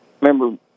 remember